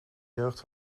jeugd